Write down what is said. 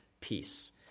peace